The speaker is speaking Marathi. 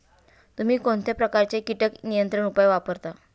तुम्ही कोणत्या प्रकारचे कीटक नियंत्रण उपाय वापरता?